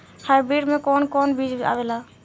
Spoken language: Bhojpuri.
हाइब्रिड में कोवन कोवन बीज आवेला?